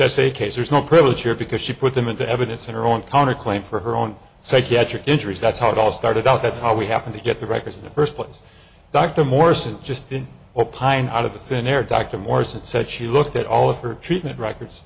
essay case there's no privilege here because she put them into evidence and her own counterclaim for her own psychiatric injuries that's how it all started out that's how we happened to get the records in the first place dr morrison just didn't opine out of the thin air dr morrison said she looked at all of her treatment records